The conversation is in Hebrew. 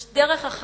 יש דרך אחת,